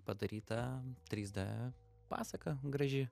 padaryta trys d pasaka graži